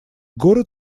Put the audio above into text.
город